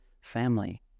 family